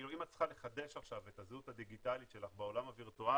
אם את צריכה לחדש עכשיו את הזהות הדיגיטלית שלך בעולם הווירטואלי,